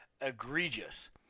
egregious